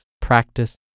practice